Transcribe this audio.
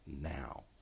now